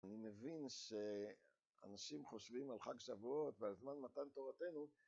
אני מבין שאנשים חושבים על חג שבועות ועל זמן מתן תורתנו.